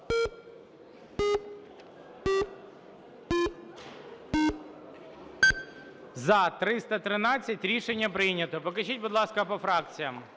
За-313 Рішення прийнято. Покажіть, будь ласка, по фракціям.